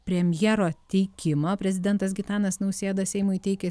premjero teikimą prezidentas gitanas nausėda seimui teikė